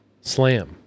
Slam